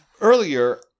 earlier